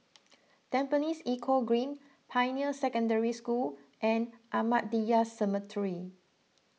Tampines Eco Green Pioneer Secondary School and Ahmadiyya Cemetery